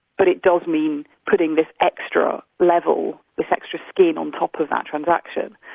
but it does mean putting this extra level, this extra skin on top of that transaction.